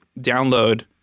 download